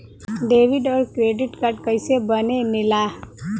Debit और credit card कईसे बने ने ला?